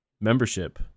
membership